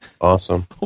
Awesome